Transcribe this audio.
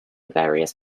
various